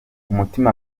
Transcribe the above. umutima